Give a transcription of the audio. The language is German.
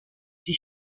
die